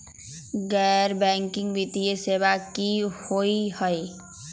गैर बैकिंग वित्तीय सेवा की होअ हई?